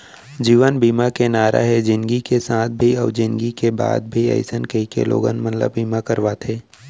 जीवन बीमा के नारा हे जिनगी के साथ भी अउ जिनगी के बाद भी अइसन कहिके लोगन मन ल बीमा करवाथे